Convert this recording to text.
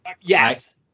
Yes